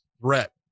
threat